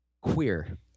Queer